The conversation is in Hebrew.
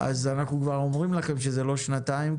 אז אנחנו כבר אומרים לכם שזה לא שנתיים,